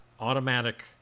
automatic